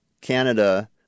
Canada